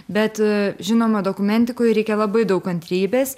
bet žinoma dokumentikoj reikia labai daug kantrybės